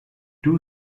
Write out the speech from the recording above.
two